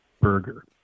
burger